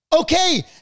Okay